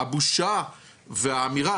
הבושה והאמירה,